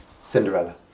Cinderella